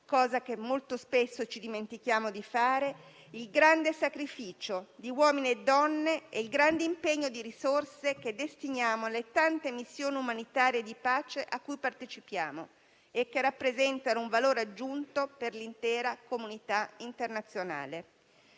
cosa che molto spesso ci dimentichiamo di fare, il grande sacrificio di uomini e donne e il grande impegno di risorse che destiniamo alle tante missioni umanitarie di pace a cui partecipiamo e che rappresentano un valore aggiunto per l'intera comunità internazionale.